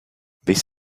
this